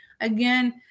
Again